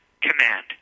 command